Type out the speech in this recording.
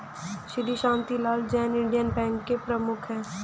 Shri Shantilal Jain Indian Bank के प्रमुख है